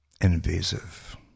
invasive